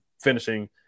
finishing –